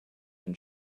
and